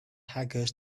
hackers